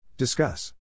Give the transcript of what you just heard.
Discuss